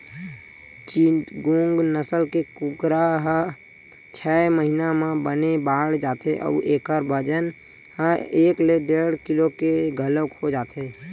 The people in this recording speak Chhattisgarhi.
चिटगोंग नसल के कुकरा ह छय महिना म बने बाड़ जाथे अउ एखर बजन ह एक ले डेढ़ किलो के घलोक हो जाथे